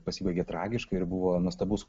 pasibaigė tragiškai ir buvo nuostabus